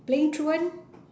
playing truant